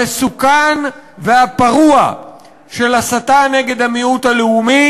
המסוכן והפרוע של הסתה נגד המיעוט הלאומי.